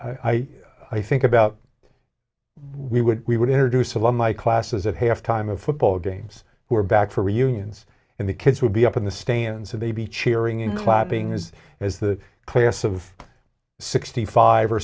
i i think about we would we would introduce alumni classes at halftime of football games who are back for reunions and the kids would be up in the stands and they be cheering and clapping as as the class of sixty five or